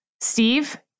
Steve